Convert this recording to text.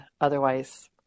Otherwise